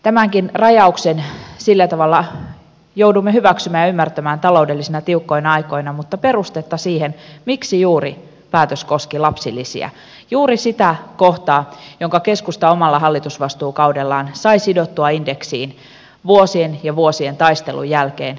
tämänkin rajauksen sillä tavalla joudumme hyväksymään ja ymmärtämään taloudellisina tiukkoina aikoina mutta mikä on peruste siihen miksi päätös koski juuri lapsilisiä juuri sitä kohtaa jonka keskusta omalla hallitusvastuukaudellaan sai sidottua indeksiin vuosien ja vuosien taistelun jälkeen